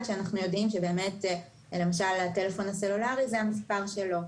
שאנחנו יודעים שהטלפון הסלולרי זה המספר שלו,